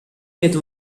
with